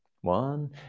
One